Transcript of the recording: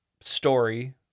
story